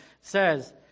says